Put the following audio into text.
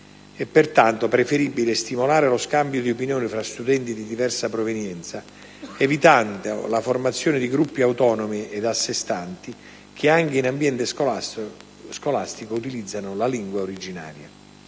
È pertanto preferibile stimolare lo scambio di opinioni tra studenti di diversa provenienza, evitando la formazione di gruppi autonomi ed a se stanti che anche in ambiente scolastico utilizzano la lingua originaria.